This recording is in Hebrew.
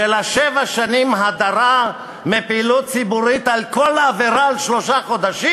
שבע שנים הדרה מפעילות ציבורית על כל עבירה של שלושה חודשים?